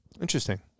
Interesting